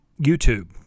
YouTube